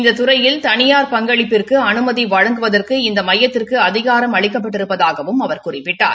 இந்த துறையில் தனியார் பங்களிப்பதற்கு அனுமதி வழங்குவதற்கு இந்த மையத்திற்கு அதிகாரம் அளிக்கப்பட்டிருப்பதாகவும் அவர் குறிப்பிட்டார்